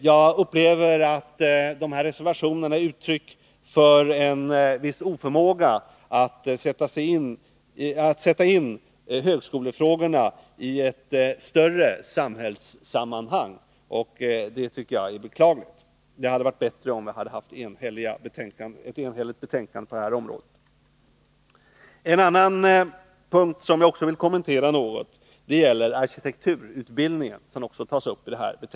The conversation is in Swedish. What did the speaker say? Jag upplever dessa reservationer som uttryck för en viss oförmåga att sätta in högskolefrågorna i ett större samhällssammanhang, och det tycker jag är beklagligt. Det hade varit bättre med ett enhälligt betänkande på detta område. En annan fråga, som jag något vill kommentera, gäller arkitektutbildningen, som också berörs i betänkandet.